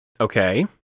Okay